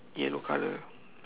yellow colour